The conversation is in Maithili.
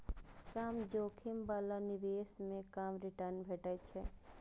कम जोखिम बला निवेश मे कम रिटर्न भेटै छै